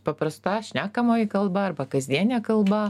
paprasta šnekamoji kalba arba kasdienė kalba